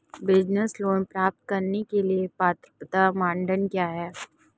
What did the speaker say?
Business loan प्राप्त करने के लिए पात्रता मानदंड क्या हैं?